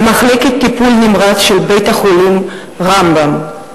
במחלקת טיפול נמרץ של בית-החולים "רמב"ם",